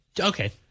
okay